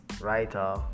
writer